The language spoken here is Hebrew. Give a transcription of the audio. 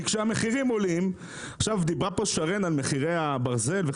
כי כשהמחירים עולים ודיברה פה שרן על מחירי הברזל,